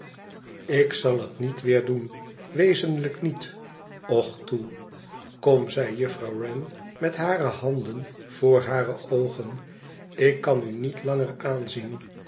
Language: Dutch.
ik zal het niet weer doen wezenlijk niet och toe ikom zei juffrouw wren met hare handen voor hare oogen ik kan u niet langer aanzien